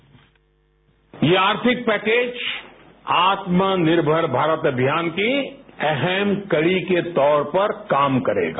sound bite यह आर्थिक package Atmanirbhar Bharat Abhiyan की अहम कड़ी के तौर पर काम करेगा